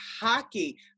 hockey